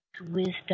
Wisdom